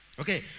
Okay